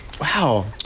Wow